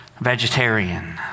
vegetarian